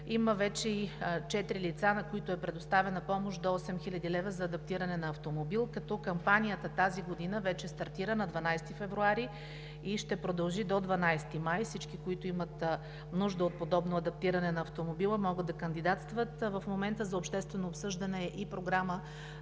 Има вече и четири лица, на които е предоставена помощ до 8000 лв. за адаптиране на автомобил, като кампанията тази година вече стартира на 12 февруари и ще продължи до 12 май. Всички, които имат нужда от подобно адаптиране на автомобила, могат да кандидатстват. В момента за обществено обсъждане е и Програма